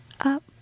up